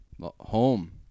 home